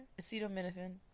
acetaminophen